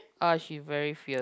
ah she very fierce